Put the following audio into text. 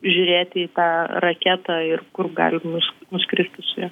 žiūrėti į tą raketą ir kur galim nus nuskristi su ja